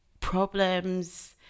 problems